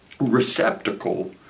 receptacle